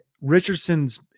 Richardson's